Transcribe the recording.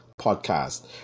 podcast